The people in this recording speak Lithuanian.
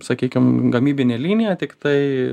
sakykim gamybinė linija tiktai